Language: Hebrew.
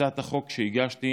הצעת החוק שהגשתי,